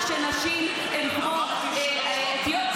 אתה אמרת שנשים הן כמו אתיופים,